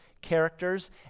characters